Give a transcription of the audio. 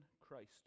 Christ